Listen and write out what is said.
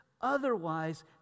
Otherwise